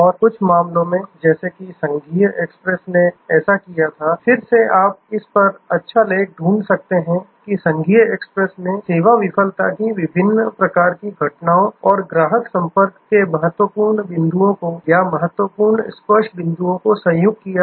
और कुछ मामलों में जैसे कि संघीय एक्सप्रेस ने ऐसा किया था फिर से आप इस पर अच्छा लेख ढूंढ सकते हैं कि संघीय एक्सप्रेस ने सेवा विफलता की सभी विभिन्न प्रकार की घटनाओं और ग्राहक संपर्क के महत्वपूर्ण बिंदुओं को या महत्वपूर्ण स्पर्श बिंदुओं को संयुक्त किया